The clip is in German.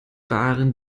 waren